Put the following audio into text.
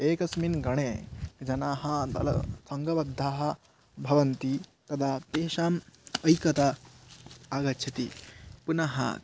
एकस्मिन् गणे जनाः अलं सङ्गबद्धाः भवन्ति तदा तेषाम् ऐकता आगच्छति पुनः